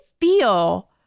feel